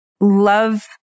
love